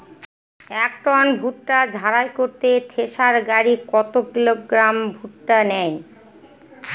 এক টন ভুট্টা ঝাড়াই করতে থেসার গাড়ী কত কিলোগ্রাম ভুট্টা নেয়?